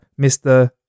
mr